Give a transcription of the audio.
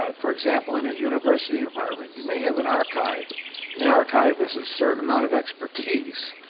um for example, in a university environment you may have an archive and the archive is a certain amount of expertise,